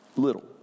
little